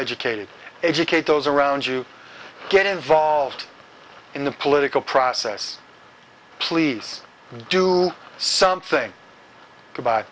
educated educate those around you get involved in the political process please do something